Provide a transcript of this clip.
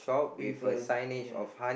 with a ya